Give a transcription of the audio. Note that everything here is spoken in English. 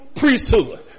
priesthood